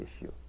issue